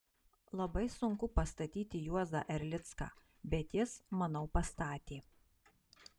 labai sunku pastatyti juozą erlicką bet jis manau pastatė